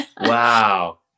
Wow